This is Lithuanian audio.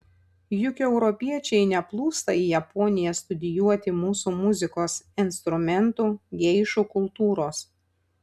juk europiečiai neplūsta į japoniją studijuoti mūsų muzikos instrumentų geišų kultūros